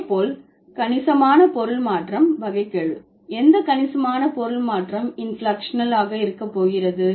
இதேபோல் கணிசமான பொருள் மாற்றம் வகைக்கெழு எந்த கணிசமான பொருள் மாற்றம் இன்பிளெக்க்ஷனல் இருக்க போகிறது